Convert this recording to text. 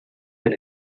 del